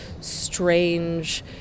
strange